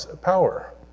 power